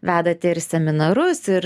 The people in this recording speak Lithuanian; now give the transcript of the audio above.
vedate ir seminarus ir